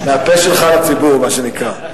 מהפה שלך לציבור, מה שנקרא.